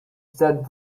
said